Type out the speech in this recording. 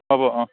হ'ব অঁ